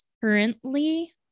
currently